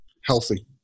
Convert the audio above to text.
healthy